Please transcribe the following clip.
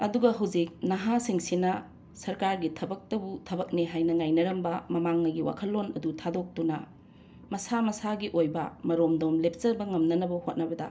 ꯑꯗꯨꯒ ꯍꯧꯖꯤꯛ ꯅꯍꯥꯁꯤꯡꯁꯤꯅ ꯁꯔꯀꯥꯔꯒꯤ ꯊꯕꯛꯇꯕꯨ ꯊꯕꯛꯅꯦ ꯍꯥꯏꯅ ꯉꯥꯏꯅꯔꯝꯕ ꯃꯃꯥꯡꯉꯩꯒꯤ ꯋꯥꯈꯜꯂꯣꯟ ꯑꯗꯨ ꯊꯥꯗꯣꯛꯇꯨꯅ ꯃꯁꯥ ꯃꯁꯥꯒꯤ ꯑꯣꯏꯕ ꯃꯔꯣꯝꯗꯣꯝ ꯂꯦꯞꯆꯕ ꯉꯝꯅꯅꯕ ꯍꯣꯠꯅꯕꯗ